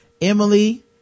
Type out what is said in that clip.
Emily